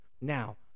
Now